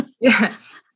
Yes